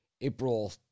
April